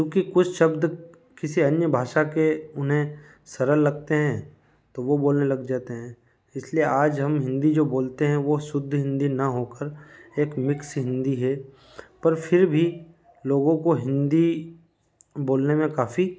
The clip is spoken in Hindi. चूँकि कुछ शब्द किसी अन्य भाषा के उन्हें सरल लगते हैं तो वो बोलने लग जाते हैं इसलिए आज हम हिंदी जो बोलते हैं वो शुद्ध हिंदी न होकर एक मिक्स हिंदी है पर फिर भी लोगों को हिंदी बोलने में काफ़ी